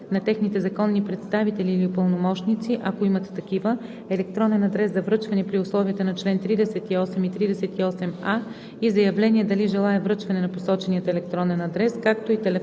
на техните законни представители или пълномощници, ако имат такива, електронен адрес за връчване при условията на чл. 38 и 38а и заявление дали желае връчване на посочения електронен адрес, както и телефонен номер